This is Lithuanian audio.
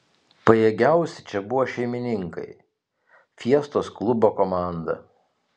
pajėgiausi čia buvo šeimininkai fiestos klubo komanda